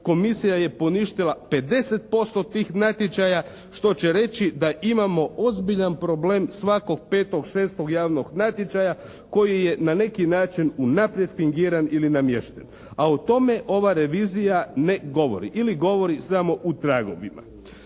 Komisija je poništila 50% tih natječaja što će reći da imamo ozbiljan problem svakog petog, šestog javnog natječaja koji je na neki način unaprijed fingiran ili namješten a o tome ova revizija ne govori ili govori samo u tragovima.